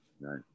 Right